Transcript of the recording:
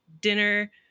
dinner